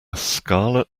scarlet